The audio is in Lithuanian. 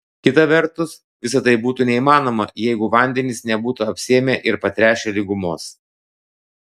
kita vertus visa tai būtų neįmanoma jeigu vandenys nebūtų apsėmę ir patręšę lygumos